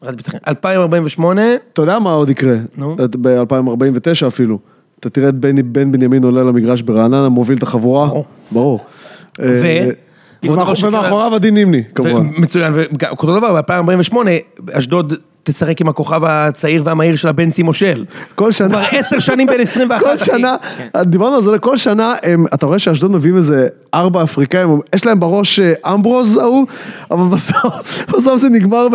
2048? אתה יודע מה עוד יקרה, ב-2049 אפילו. אתה תראה את בני בן בנימין עולה למגרש ברעננה, מוביל את החבורה. ברור. ו? ומאחוריו עדינים לי, כמובן. מצוין, וכל דבר, ב-2048, אשדוד תשחק עם הכוכב הצעיר והמהיר של הבן סימושל. כל שנה. הוא כבר עשר שנים בין 21. כל שנה, דיברנו על זה, כל שנה, אתה רואה שאשדוד מביא איזה ארבע אפריקאים, יש להם בראש אמברוז ההוא, אבל בסוף זה נגמר.